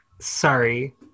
sorry